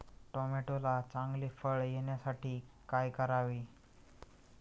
टोमॅटोला चांगले फळ येण्यासाठी काय करावे?